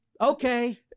Okay